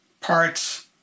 parts